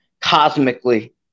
cosmically